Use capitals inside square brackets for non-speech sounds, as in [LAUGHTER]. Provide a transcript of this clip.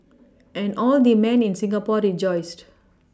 [NOISE] and all the men in Singapore rejoiced